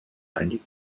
einige